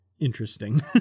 interesting